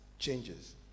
changes